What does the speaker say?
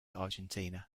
argentina